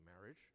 marriage